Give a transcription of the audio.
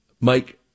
Mike